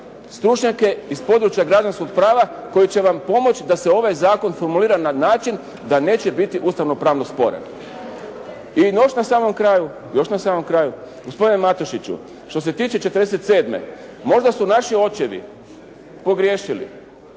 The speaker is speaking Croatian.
stručnjake iz područja građanskog prava koji će vam pomoći da se ovaj zakon formulira na način da neće biti ustavno-pravno sporen. I još na samom kraju, još na samom kraju gospodine Matušiću što se tiče 1947. možda su naši očevi pogriješili